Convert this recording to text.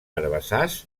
herbassars